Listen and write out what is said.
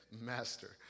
Master